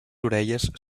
orelles